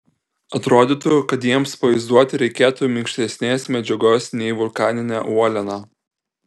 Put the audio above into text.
atrodytų kad jiems pavaizduoti reikėtų minkštesnės medžiagos nei vulkaninė uoliena